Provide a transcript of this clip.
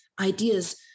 ideas